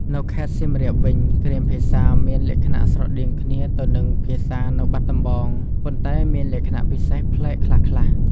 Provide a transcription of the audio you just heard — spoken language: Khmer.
នៅខេត្តសៀមរាបវិញ គ្រាមភាសាមានលក្ខណៈស្រដៀងគ្នាទៅនឹងភាសានៅបាត់ដំបង ប៉ុន្តែមានលក្ខណៈពិសេសប្លែកខ្លះៗ។